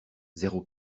zéro